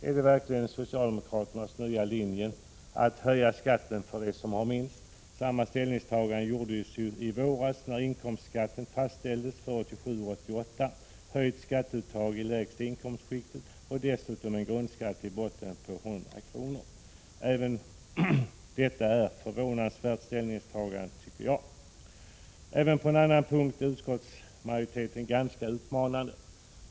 Är det verkligen socialdemokraternas nya linje att höja skatten för dem som har minst? Samma ställningstagande gjordes ju i våras, när inkomstskatten fastställdes för 1987-1988. Höjt skatteuttag i lägsta inkomstskiktet och dessutom en grundskatt i botten på 100 kr. Även detta är ett förvånansvärt ställningstagande, enligt min mening. Också på en annan punkt är utskottsmajoriteten ganska utmanande.